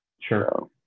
sure